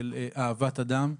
של אהבת אדם,